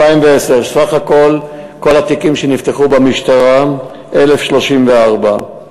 סך כל התיקים שנפתחו במשטרה: 1,034,